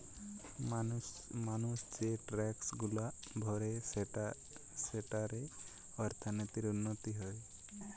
মানুষ যে ট্যাক্সগুলা ভরে সেঠারে অর্থনীতির উন্নতি হয়